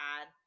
add